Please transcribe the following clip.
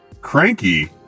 Cranky